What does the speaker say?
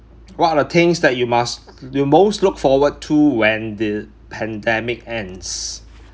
what are the things that you must you most look forward to when the pandemic ends